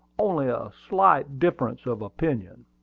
only a slight difference of opinion.